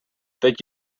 teď